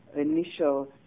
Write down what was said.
initial